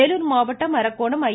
வேலூர் மாவட்டம் அரக்கோணம் ஐ